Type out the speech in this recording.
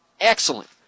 excellent